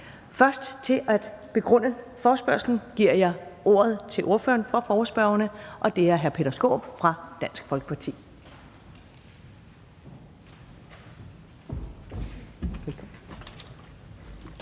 Først til at begrunde forespørgslen giver jeg ordet til ordføreren for forespørgerne, og det er hr. Peter Skaarup fra Dansk Folkeparti.